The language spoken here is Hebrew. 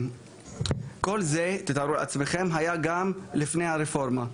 כל זה תתארו לכם היה גם לפני הרפורמה,